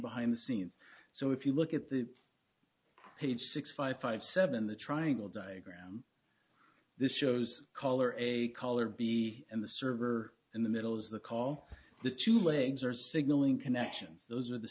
behind the scenes so if you look at the page six five five seven the triangle diagram this shows color a color b and the server in the middle is the call the two legs are signalling connections those are the